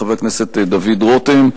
חבר הכנסת דוד רותם.